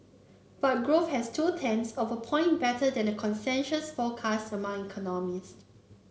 but has two tenths of a point better than a consensus forecast among economist